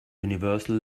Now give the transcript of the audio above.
universal